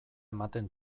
ematen